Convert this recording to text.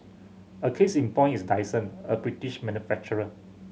a case in point is Dyson a British manufacturer